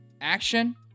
action